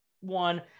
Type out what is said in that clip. one